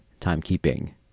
timekeeping